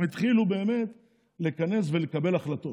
הם התחילו להתכנס ולקבל החלטות,